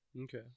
Okay